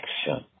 action